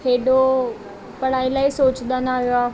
हेॾो पढ़ाई लाइ सोचंदा न हुआ